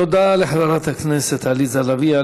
תודה לחברת הכנסת עליזה לביא.